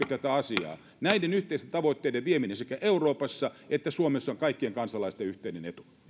tätä asiaa näiden yhteisten tavoitteiden vieminen sekä euroopassa että suomessa on kaikkien kansalaisten yhteinen etu